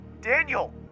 Daniel